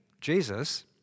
Jesus